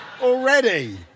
Already